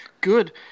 good